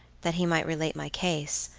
that he might relate my case,